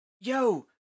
Yo